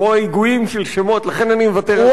כמו היגויים של שמות, לכן אני מוותר על זה מראש.